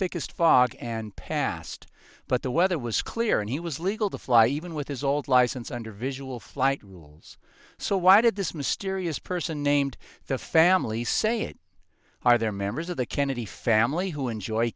thickest fog and passed but the weather was clear and he was legal to fly even with his old license under visual flight rules so why did this mysterious person named the family say it are there members of the kennedy family who enjoy